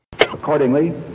Accordingly